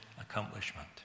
accomplishment